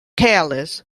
calais